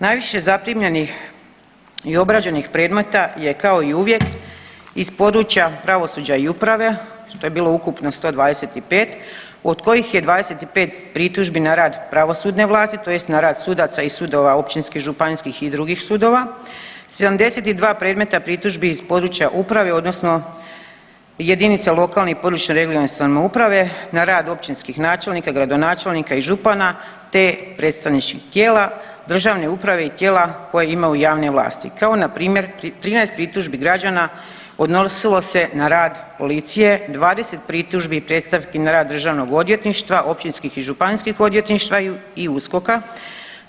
Najviše zaprimljenih i obrađenih predmeta je kao i uvijek iz područja pravosuđa i uprave što je bilo ukupno 125 od kojih je 25 pritužbi na rad pravosudne vlasti tj. na rad sudova i sudaca općinskih, županijskih i drugih sudova, 72 predmeta pritužbi iz područja uprave odnosno jedinica lokalne i područne, regionalne samouprave na rad općinskih načelnika, gradonačelnika i župana, te predstavničkih tijela državne uprave i tijela koja imaju javne vlasti kao npr. 13 pritužbi građana odnosilo se na rad policije, 20 pritužbi i predstavki na rad državnog odvjetništva, općinskih i županijskih odvjetništva i USKOK-a.